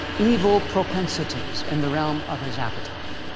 evil propensities in the realm of his appetite.